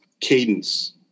cadence